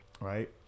right